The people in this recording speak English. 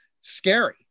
scary